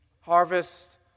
Harvest